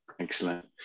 Excellent